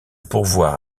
pourvoir